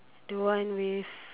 the one with